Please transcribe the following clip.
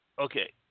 okay